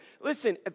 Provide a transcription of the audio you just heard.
Listen